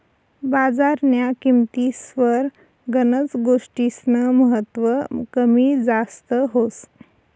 बजारन्या किंमतीस्वर गनच गोष्टीस्नं महत्व कमी जास्त व्हस